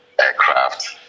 aircraft